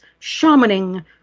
shamaning